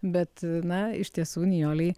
bet na iš tiesų nijolei